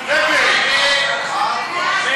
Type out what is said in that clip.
ההצעה שלא לכלול את הנושא שהעלתה חברת הכנסת